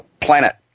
planet